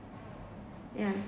yeah